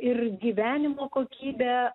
ir gyvenimo kokybe